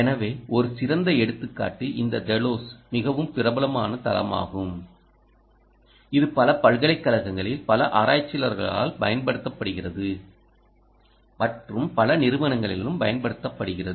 எனவே ஒரு சிறந்த எடுத்துக்காட்டு இந்த டெலோஸ் மிகவும் பிரபலமான தளமாகும் இது பல பல்கலைக்கழகங்களில் பல ஆராய்ச்சியாளர்களால் பயன்படுத்தப்படுகிறது மற்றும் பல நிறுவனங்களிலும் பயன்படுத்தப்படுகிறது